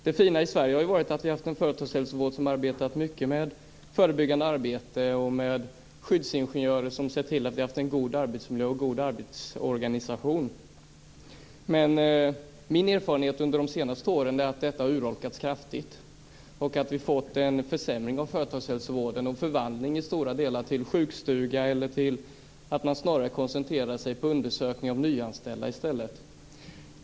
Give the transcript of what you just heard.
Det fina i Sverige har varit att vi har haft en företagshälsovård som arbetat mycket med förebyggande arbete och skyddsingenjörer som har sett till att vi har haft en god arbetsmiljö och en god arbetsorganisation. Men min erfarenhet under de senaste åren har varit att detta har urholkats kraftigt. Vi har fått en försämring av företagshälsovården och i stora delar en förvandling till sjukstuga eller till att man snarare koncentrerar sig på undersökning av nyanställda i stället.